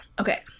Okay